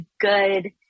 good